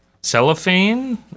cellophane